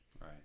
right